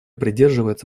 придерживается